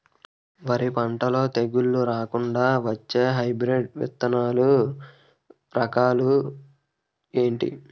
వరి పంటలో తెగుళ్లు రాకుండ వచ్చే హైబ్రిడ్ విత్తనాలు రకాలు ఏంటి?